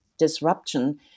Disruption